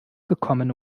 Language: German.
gekommen